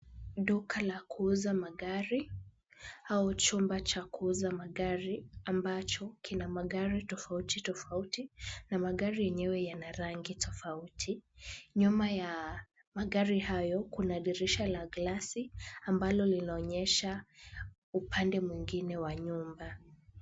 Duka la kuuza magari au chumba cha kuuza magari ambacho kina magari tofauti tofauti na magari yenyewe yana rangi tofauti. Nyuma ya magari hayo kuna dirisha la glasi ambalo linaonyesha upande mwingine wa nyumba.